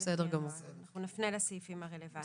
נפנה לסעיפים הרלוונטיים.